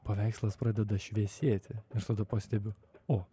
paveikslas pradeda šviesėti ir tada pastebiu o